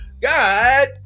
God